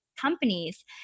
companies